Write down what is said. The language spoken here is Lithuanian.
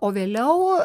o vėliau